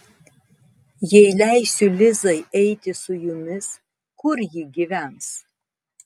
jei leisiu lizai eiti su jumis kur ji gyvens